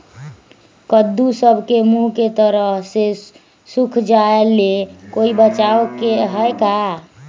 कददु सब के मुँह के तरह से सुख जाले कोई बचाव है का?